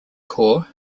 corps